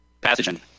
pathogen